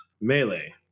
Melee